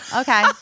Okay